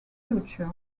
future